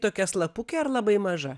tokia slapukė ar labai maža